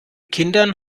kindern